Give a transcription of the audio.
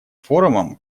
форумом